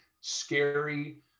scary